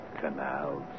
Canals